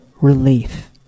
relief